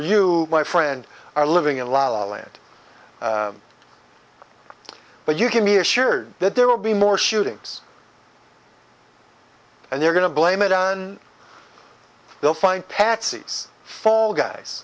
you my friend are living in la la land but you can be assured that there will be more shootings and they're going to blame it on they'll find patsy's fall guys